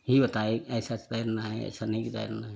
ही बताए ऐसा तैरना है ऐसा नहीं तैरना है